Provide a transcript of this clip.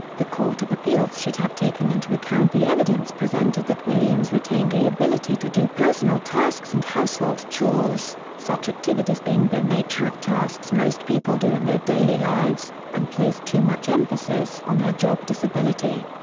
the court of appeals should have taken into account the evidence presented that williams retained the ability to do personal tasks and household chores, such activities being the nature of tasks most people do in their daily lives, and placed too much emphasis on her job disability.